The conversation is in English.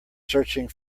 searching